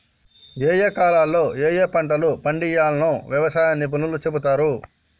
ఏయే కాలాల్లో ఏయే పంటలు పండియ్యాల్నో వ్యవసాయ నిపుణులు చెపుతారు